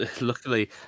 luckily